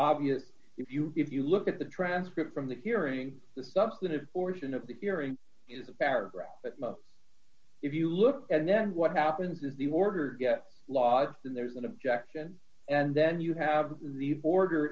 obvious if you if you look at the transcript from the hearing the substantive portion of the hearing is a paragraph but if you look and then what happens is the order get lost and there's an objection and then you have the border